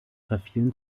verfielen